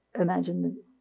imagine